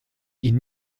ihn